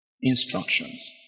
Instructions